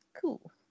cool